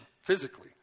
physically